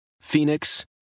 Phoenix